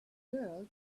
girl